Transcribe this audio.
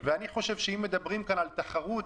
ואני חושב שאם מדברים כאן על תחרות,